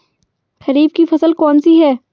खरीफ की फसल कौन सी है?